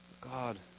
God